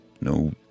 No